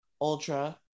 Ultra